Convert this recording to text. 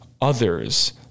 others